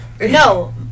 No